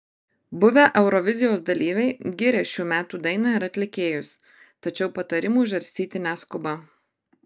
buvę eurovizijos dalyviai giria šių metų dainą ir atlikėjus tačiau patarimų žarstyti neskuba